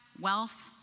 wealth